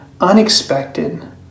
unexpected